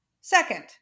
Second